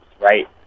right